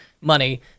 money